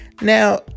Now